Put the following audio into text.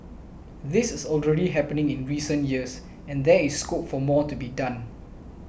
this is already happening in recent years and there is scope for more to be done